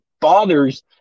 bothers